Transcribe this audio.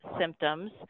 symptoms